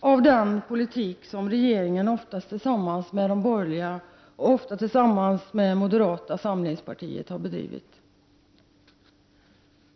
av den politik som regeringen, oftast tillsammans med de borgerliga partierna och då speciellt moderata samlingspartiet, har bedrivit.